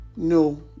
No